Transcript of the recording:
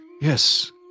Yes